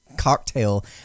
cocktail